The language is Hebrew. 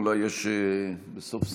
אולי יש בסוף סדר-היום.